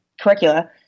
curricula